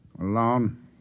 Alone